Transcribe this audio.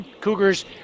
Cougars